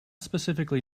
specifically